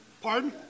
Pardon